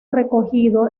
recogido